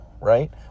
right